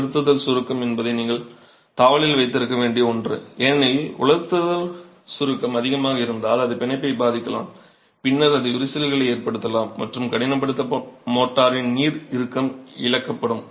உலர்த்துதல் சுருக்கம் என்பது நீங்கள் தாவலில் வைத்திருக்க வேண்டிய ஒன்று ஏனெனில் உலர்த்தும் சுருக்கம் அதிகமாக இருந்தால் அது பிணைப்பைப் பாதிக்கலாம் பின்னர் அது விரிசல்களை ஏற்படுத்தலாம் மற்றும் கடினப்படுத்தப்பட்ட மோர்டாரின் நீர் இறுக்கம் இழக்கப்படும்